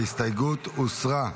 ההסתייגות הוסרה.